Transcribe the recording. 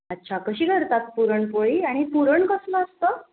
अच्छा कशी करतात पुरणपोळी आणि पुरण कसलं असतं